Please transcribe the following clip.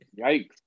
Yikes